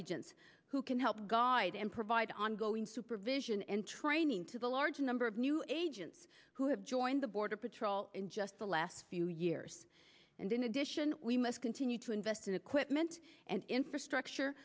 agents who can help guide and provide ongoing supervision and training to the large number of new agents who have joined the border patrol in just the last few years and in addition we must continue to invest in equipment and infrastructure